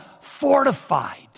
fortified